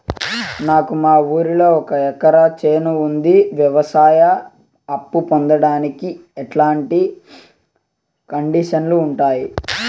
నాకు మా ఊరిలో ఒక ఎకరా చేను ఉంది, వ్యవసాయ అప్ఫు పొందడానికి ఎట్లాంటి కండిషన్లు ఉంటాయి?